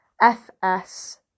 fs